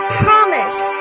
promise